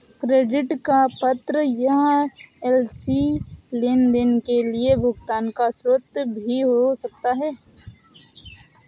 credit का पत्र या एल.सी लेनदेन के लिए भुगतान का स्रोत भी हो सकता है